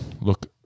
look